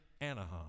Anaheim